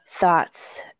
thoughts